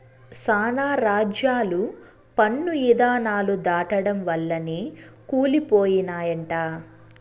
శానా రాజ్యాలు పన్ను ఇధానాలు దాటడం వల్లనే కూలి పోయినయంట